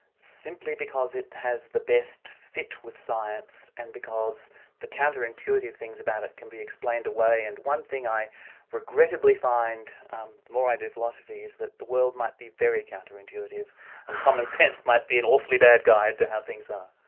simply because it has the best fit with science and because the counter-intuitive things about it can be explained away, and one thing i regrettably find the um more i do philosophy is that the world might be very counter-intuitive, and commonsense might be an awfully bad guide to how things are.